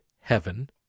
heaven